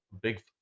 big